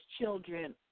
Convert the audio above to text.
children